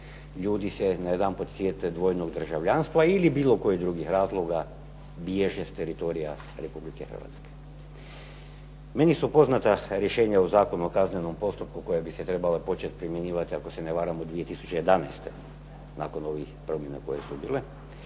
ljudi se najedanput sjete dvojnog državljanstva ili bilo kojih drugih razloga bježe s teritorija Republike Hrvatske. Meni su poznata rješenja u Zakonu o kaznenom postupku koja bi se trebala primjenjivati ako se ne varam 2011. nakon ovih promjena koje su bile.